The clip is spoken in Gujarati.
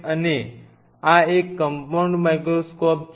અને આ એક કંપાઉન્ડ માઇક્રોસ્કોપ છે